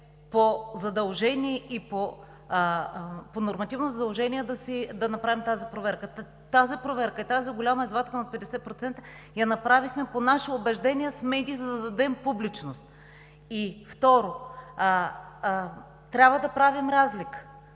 такъв, че по нормативно задължение да направим тази проверка. Тази проверка, тази голяма извадка от 50% направихме по наше убеждение с медии, за да дадем публичност. Второ, трябва да правим разлика.